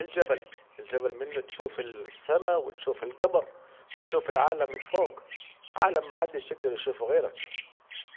الجبل، الجبل منه تشوف السما وتشوف الجمر وتشوف العالم من فوق، عالم محدش هيشوفوا غيرك